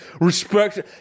respect